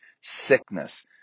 sickness